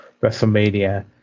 WrestleMania